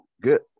Good